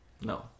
No